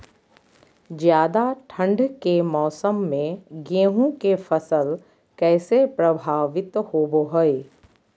ज्यादा ठंड के मौसम में गेहूं के फसल कैसे प्रभावित होबो हय?